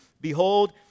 Behold